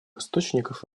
источников